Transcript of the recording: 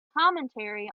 commentary